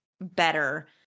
better